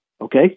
Okay